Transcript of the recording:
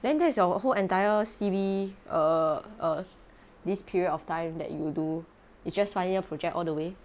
then that's the your whole entire C_B err err this period of time that you do is just final year project all the way